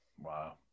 wow